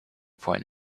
point